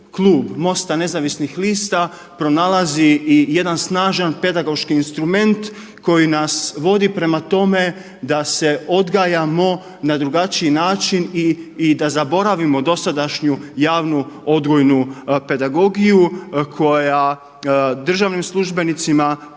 Klub MOST-a Nezavisnih lista pronalazi i jedan snažan pedagoški instrument koji nas vodi prema tome da se odgajamo na drugačiji način i da zaboravimo dosadašnju javnu odgojnu pedagogiju koja državnim službenicima